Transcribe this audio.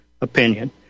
opinion